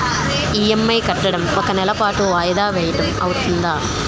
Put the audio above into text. EMI కట్టడం ఒక నెల పాటు వాయిదా వేయటం అవ్తుందా?